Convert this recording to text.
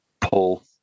Paul